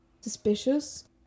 suspicious